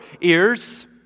ears